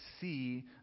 see